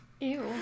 Ew